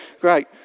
Great